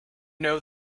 know